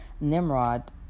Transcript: Nimrod